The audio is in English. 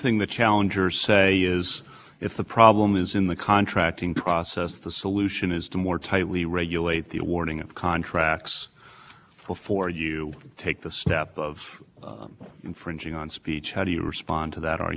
permitted to do both but there's not evidence that those provisions have completely made the interest in the congress asserted no longer serving any purpose whatsoever for example in new jersey a state